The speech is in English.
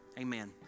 Amen